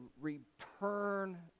return